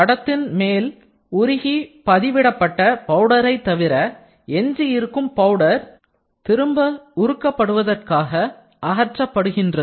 தடத்தின் மேல் உருகி பதிவிடப்பட்ட பவுடரை தவிர எஞ்சியிருக்கும் பவுடர் திரும்ப உருக்கபடுவதற்காக அகற்றப்படுகின்றது